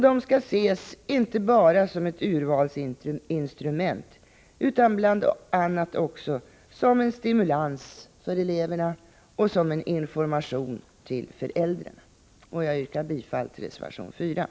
De skall ses inte bara som ett urvalsinstrument, utan bl.a. också som en stimulans för eleverna och en information till föräldrarna. Jag yrkar bifall till reservation 4.